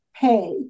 pay